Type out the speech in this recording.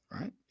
right